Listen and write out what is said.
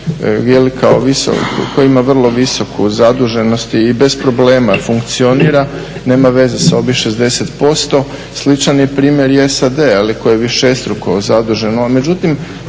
koji ima vrlo visoku zaduženost i bez problema funkcionira, nema veze sa ovih 60%, sličan je primjer i SAD-a ali koji je višestruko zadužen,